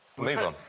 move on.